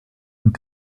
und